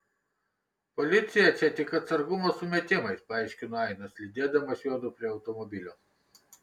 policija čia tik atsargumo sumetimais paaiškino ainas lydėdamas juodu prie automobilio